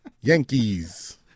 Yankees